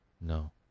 No